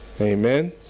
Amen